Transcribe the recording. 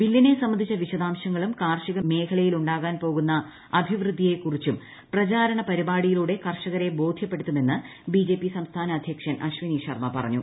ബില്ലിനെ സംബന്ധിച്ച വിശദാംശങ്ങളും കാർഷിക മേഖലയിലുണ്ടാകാൻ പോകുന്ന അഭിവൃദ്ധിയെ കുറിച്ചും പ്രചാരണ പരിപാടിയിലൂടെ കർഷകരെ ബോധ്യപ്പെടുത്തുമെന്നും ബിജെപി സംസ്ഥാന അദ്ധ്യക്ഷൻ അശ്വനി ശർമ്മ പറഞ്ഞു